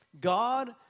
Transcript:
God